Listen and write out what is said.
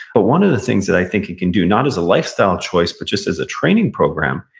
but one of the things that i think it can do, not as a lifestyle choice but just as a training program,